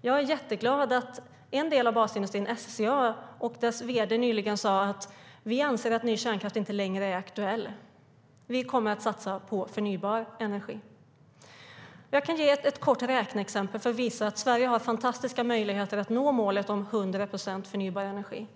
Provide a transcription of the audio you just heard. Jag är jätteglad över att en del av basindustrin, SCA och dess vd, nyligen sa: Vi anser att ny kärnkraft inte längre är aktuell. Vi kommer att satsa på förnybar energi. Jag kan ge ett litet räkneexempel för att visa att Sverige har fantastiska möjligheter att nå målet om 100 procent förnybar energi.